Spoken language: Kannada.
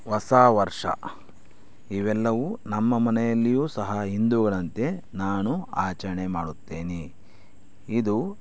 ಹೊಸವರ್ಷ ಇವೆಲ್ಲವೂ ನಮ್ಮ ಮನೆಯಲ್ಲಿಯೂ ಸಹ ಹಿಂದೂಗಳಂತೆ ನಾನು ಆಚರಣೆ ಮಾಡುತ್ತೇನೆ ಇದು